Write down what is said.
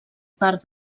part